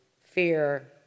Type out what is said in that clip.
fear